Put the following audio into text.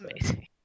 amazing